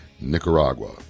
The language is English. Nicaragua